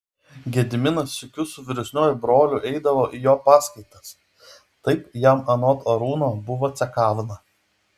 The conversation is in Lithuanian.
gediminas sykiu su vyresniuoju broliu eidavo į jo paskaitas taip jam anot arūno buvo cekavna